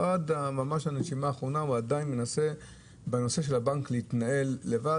עד הנשימה האחרונה הוא עדיין מנסה להתנהל לבד בבנק,